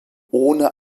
ohne